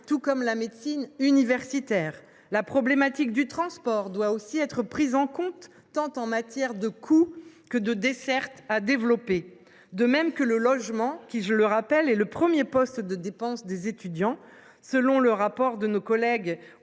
tout comme la médecine universitaire. La problématique du transport doit aussi être prise en compte, en matière tant de coût que de dessertes à développer. Je pense également au logement, premier poste de dépense des étudiants. Selon le rapport de nos collègues